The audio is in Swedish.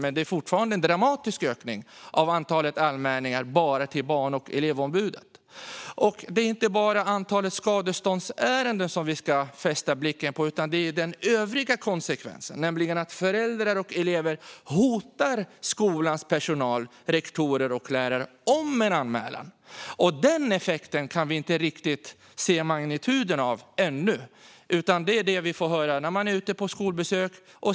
Men det är fortfarande en dramatisk ökning av antalet anmälningar bara till Barn och elevombudet. Det är inte bara antalet skadeståndsärenden som vi ska fästa blicken på utan också en annan konsekvens, nämligen att föräldrar och elever hotar skolans personal, rektorer och lärare, med att göra en anmälan. Den effekten kan vi inte riktigt se magnituden av ännu, utan den får man höra om när man är ute på skolbesök.